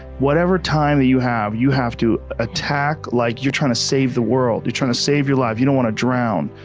whatever time that you have, you have to attack like you're trying to save the world, you're trying to save your life, you don't wanna drown.